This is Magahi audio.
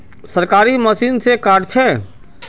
सरकारी मशीन से कार्ड छै?